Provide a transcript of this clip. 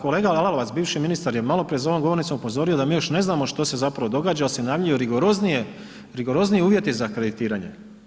Kolega Lalovac, bivši ministar je maloprije za ovom govornicom upozorio da mi još ne znamo što se zapravo događa jer se najavljuju rigoroznije, rigorozniji uvjeti za kreditiranje.